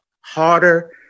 harder